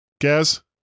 gaz